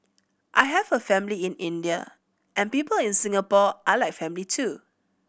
I have a family in India and people in Singapore are like family too